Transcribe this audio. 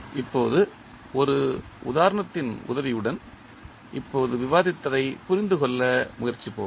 இப்போது ஒரு உதாரணத்தின் உதவியுடன் இப்போது விவாதித்ததைப் புரிந்துகொள்ள முயற்சிப்போம்